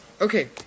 Okay